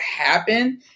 happen